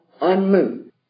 unmoved